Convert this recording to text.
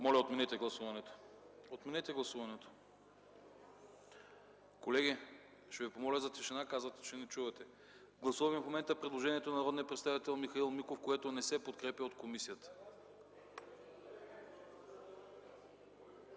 пленарната зала.) Отменете гласуването! Колеги, ще ви помоля за тишина. Казвате, че не чувате. Гласуваме в момента предложението на народния представител Михаил Миков, което не се подкрепя от комисията.